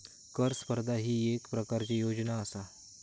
कर स्पर्धा ही येक प्रकारची योजना आसा